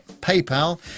PayPal